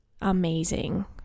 amazing